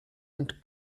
und